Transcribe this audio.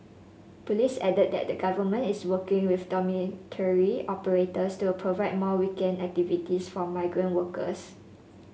police added that the Government is working with dormitory operators to provide more weekend activities for migrant workers